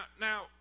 now